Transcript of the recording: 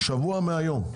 שבוע מהיום,